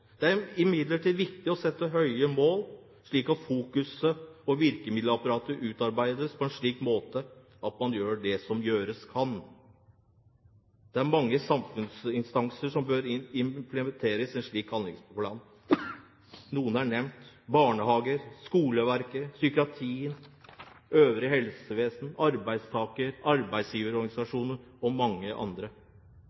Det er imidlertid viktig å sette høye mål, og at fokus og virkemiddelapparat utarbeides slik at man gjør det som gjøres kan. Det er mange samfunnsinstanser som bør implementeres i en slik handlingsplan. Noen er nevnt: barnehage, skoleverk, psykiatri, øvrig helsevesen, arbeidstaker-